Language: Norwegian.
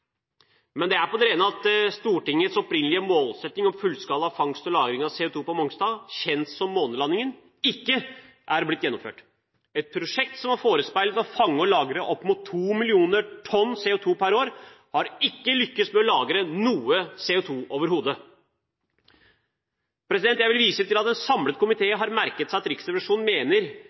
Men det er på det rene at Stortingets opprinnelige målsetting om fullskala fangst og lagring av CO2 på Mongstad, kjent som månelandingen, ikke er blitt gjennomført. Et prosjekt som var forespeilet å fange og lagre opp mot 2 millioner tonn CO2 per år, har overhodet ikke lyktes med å lagre noe CO2. Jeg vil vise til at en samlet komité har merket seg at Riksrevisjonen mener